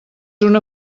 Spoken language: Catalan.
una